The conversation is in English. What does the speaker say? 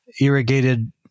irrigated